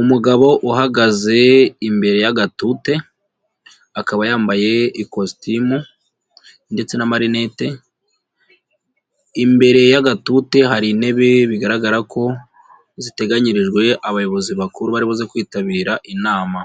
Umugabo uhagaze imbere y'agatute, akaba yambaye ikositimu ndetse n'amarinete, imbere y'agatute hari intebe bigaragara ko ziteganyirijwe abayobozi bakuru bari buze kwitabira inama.